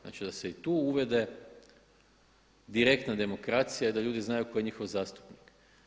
Znači da se i tu uvede direktna demokracija i da ljudi znaju koji je njihov zastupnik.